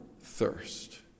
thirst